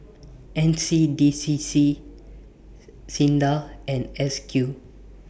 N C D C C SINDA and S Q